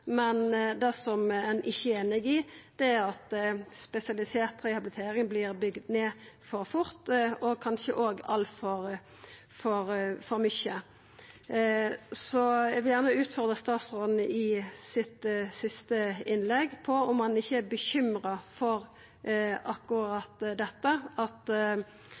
men det ein ikkje er einig i, er at spesialisert rehabilitering vert bygd ned så fort, og kanskje òg altfor mykje. Så eg vil gjerne utfordra statsråden før hans siste innlegg på om han ikkje er bekymra for akkurat dette, at